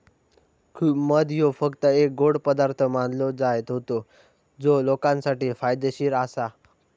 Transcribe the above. मध ह्यो फक्त एक गोड पदार्थ मानलो जायत होतो जो लोकांसाठी फायदेशीर आसा